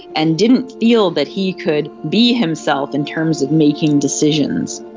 and didn't feel that he could be himself in terms of making decisions.